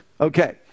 Okay